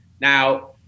Now